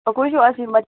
ꯑꯈꯣꯏꯁꯨ ꯑꯁꯤ